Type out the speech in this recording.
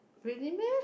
really meh